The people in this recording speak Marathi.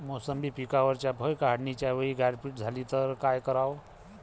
मोसंबी पिकावरच्या फळं काढनीच्या वेळी गारपीट झाली त काय कराव?